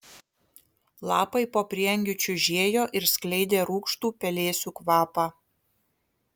lapai po prieangiu čiužėjo ir skleidė rūgštų pelėsių kvapą